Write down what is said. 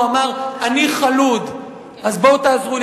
הוא אמר: אני חלוד אז בואו תעזרו לי.